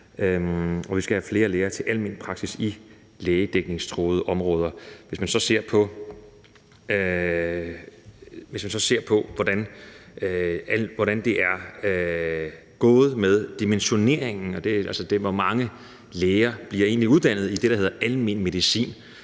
Og vi skal have flere læger til almen praksis i lægedækningstruede områder. Hvis man så går nogle år tilbage og ser på, hvordan det er gået med dimensioneringen, altså hvor mange læger der egentlig bliver uddannet i det, der hedder almen medicin,